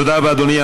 תודה רבה, אדוני.